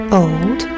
old